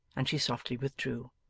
and she softly withdrew.